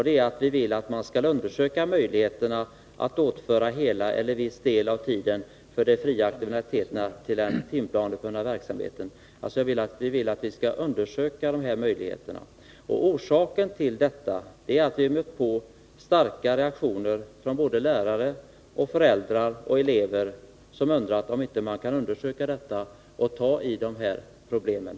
Det är att vi vill att man skall ”undersöka möjligheten att återföra hela eller viss del av tiden för de fria aktiviteterna till den timplanebundna verksamheten.” Vi vill alltså att dessa möjligheter skall undersökas. Orsaken till detta är att vi mött starka reaktioner från lärare, föräldrar och elever som undrat om man inte kan undersöka dessa möjligheter och göra något åt de här problemen.